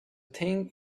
thing